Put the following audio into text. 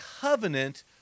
covenant